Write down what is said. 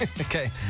Okay